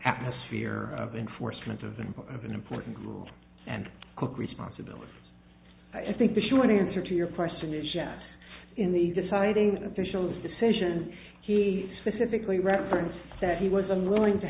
atmosphere of enforcement of a number of important rules and cook responsibility i think the short answer to your question is jack in the deciding officials decision he specifically referenced that he was unwilling to